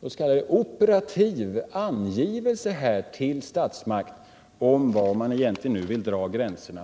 en operativ angivelse till statsmakten om var man egentligen skall dra gränserna.